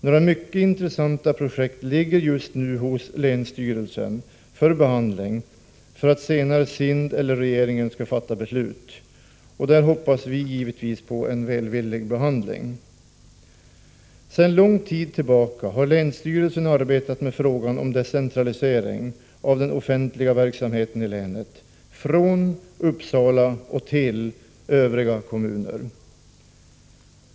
Några mycket intressanta projekt ligger just nu hos länsstyrelsen för behandling, för att senare SIND eller regeringen skall fatta beslut. Vi hoppas där givetvis på en välvillig behandling. Sedan lång tid tillbaka har länsstyrelsen arbetat med frågan om decentralisering av den offentliga verksamheten i länet, från Uppsala till övriga kommuner.